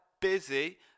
busy